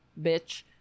bitch